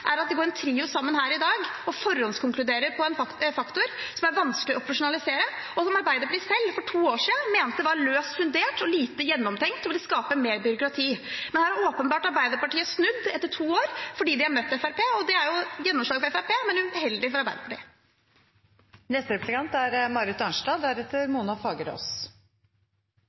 er at det går en trio sammen her i dag og forhåndskonkluderer på en faktor som er vanskelig å operasjonalisere, og som Arbeiderpartiet selv for to år siden mente var løst fundert og lite gjennomtenkt og ville skape mer byråkrati. Her har Arbeiderpartiet åpenbart snudd etter to år fordi de har møtt Fremskrittspartiet. Det er et gjennomslag for Fremskrittspartiet, men uheldig for Arbeiderpartiet.